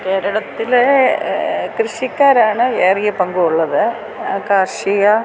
കേരളത്തിൽ കൃഷിക്കാരാണ് ഏറിയ പങ്കും ഉള്ളത് കാർഷിക